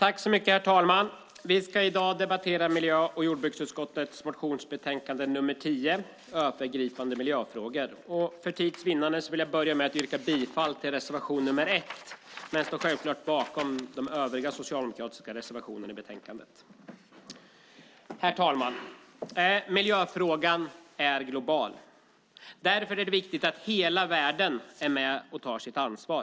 Herr talman! Vi ska i dag debattera miljö och jordbruksutskottets motionsbetänkande nr 10 Övergripande miljöfrågor m.m. För tids vinnande vill jag börja med att yrka bifall till reservation nr 1 men står självfallet bakom de övriga socialdemokratiska reservationer i betänkandet. Herr talman! Miljöfrågan är global. Därför är det viktigt att hela världen är med och tar sitt ansvar.